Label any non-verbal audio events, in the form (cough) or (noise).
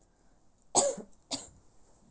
(coughs)